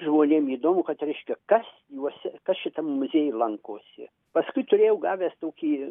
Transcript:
žmonėm įdomu kad reiškia kas juose kas šitam muziejuj lankosi paskui turėjau gavęs tokį